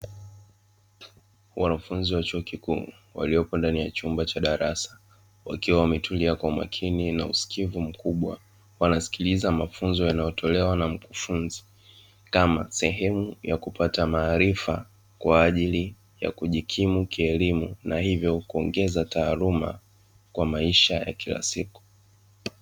Wanafunzi wa chuo kikuu waliopo ndani ya chumba cha darasa, wakiwa wametulia kwa umakini na usikivu mkubwa, wanasikiliza mafunzo yanayotolewa na mkufunzi kama sehemu ya kupata maarifa kwa ajili ya kujikimu kielimu na hivyo kuongeza taaluma kwa maisha ya kila siku.